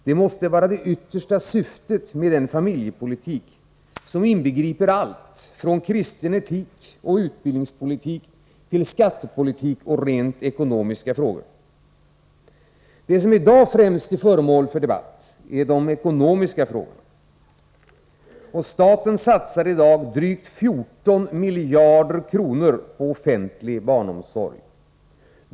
Detta måste vara det yttersta syftet med en familjepolitik som inbegriper allt från kristen etik och utbildningspolitik till skattepolitik och rent ekonomiska frågor. Det som i dag främst är föremål för debatt är de ekonomiska frågorna. Staten satsar i dag drygt 14 miljarder kronor på offentlig barnomsorg.